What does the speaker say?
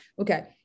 okay